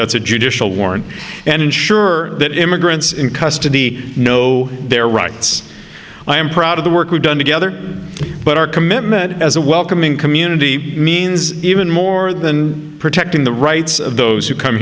that's a judicial warrant and ensure that immigrants in custody know their rights i am proud of the work we've done together but our commitment as a welcoming community means even more than protecting the rights of those who come